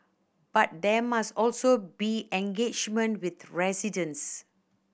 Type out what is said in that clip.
but there must also be engagement with residents